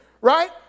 right